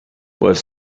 was